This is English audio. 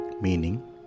Meaning